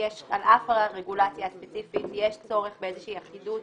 אף הרגולציה הספציפית יש צורך באיזושהי אחידות,